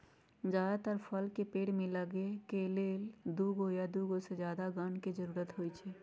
जदातर फल के पेड़ में फल लगे के लेल दुगो या दुगो से जादा गण के जरूरत होई छई